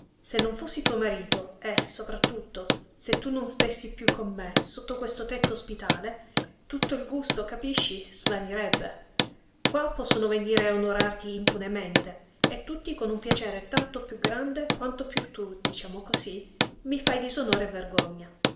se non fossi tuo marito e sopra tutto se tu non stéssi piú con me sotto questo tetto ospitale tutto il gusto capisci svanirebbe qua possono venire a onorarti impunemente e tutti con un piacere tanto piú grande quanto piú tu diciamo così i fai disonore e vergogna